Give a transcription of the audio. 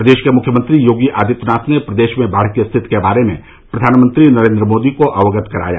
प्रदेश के मृख्यमंत्री योगी आदित्यनाथ ने प्रदेश में बाढ की स्थिति के बारे में प्रधानमंत्री नरेंद्र मोदी को अवगत कराया